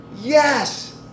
Yes